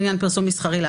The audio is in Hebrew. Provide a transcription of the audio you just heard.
מסחרי.